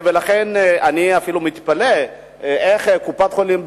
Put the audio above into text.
ולכן אני אפילו מתפלא איך קופת-חולים,